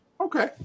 Okay